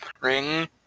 ring